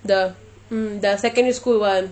the mm the secondary school [one]